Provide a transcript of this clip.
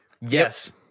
Yes